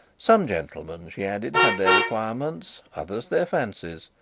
some gentlemen, she added, had their requirements, others their fancies.